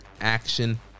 action